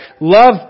love